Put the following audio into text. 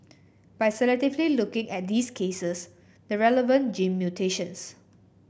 by selectively looking at these cases the relevant gene mutations